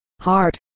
heart